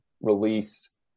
release